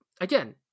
again